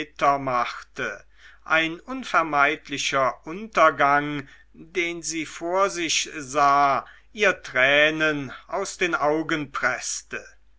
machte ein unvermeidlicher untergang den sie vor sich sah ihr tränen aus den augen preßte